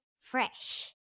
Fresh